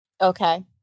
Okay